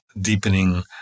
deepening